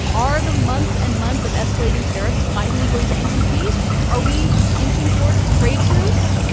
are the months and months of escalating tariffs finally going to end in peace? are we inching towards a trade truce?